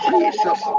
Jesus